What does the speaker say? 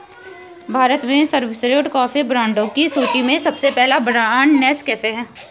भारत में सर्वश्रेष्ठ कॉफी ब्रांडों की सूची में सबसे पहला ब्रांड नेस्कैफे है